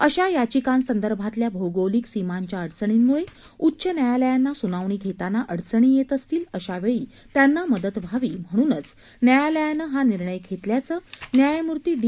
अशा याचिकांसंदर्भातल्या भौगोलिक सीमांच्या अडचणींमुळे उच्च न्यायालयांना सुनावणी घेताना अडचणी येत असतील अशावेळी त्यांना मदत व्हावी म्हणूनच न्यायालयानं हा निर्णय घेतल्याचं न्यायमूर्ती डी